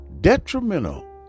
detrimental